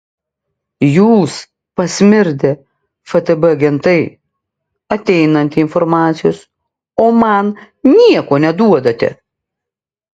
jūs pasmirdę ftb agentai ateinate informacijos o man nieko neduodate